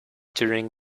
during